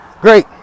Great